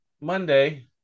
Monday